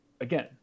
again